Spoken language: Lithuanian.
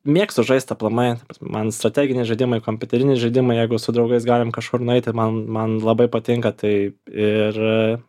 mėgstu žaist aplamai man strateginiai žaidimai kompiuteriniai žaidimai jeigu su draugais galim kažkur nueiti man man labai patinka tai ir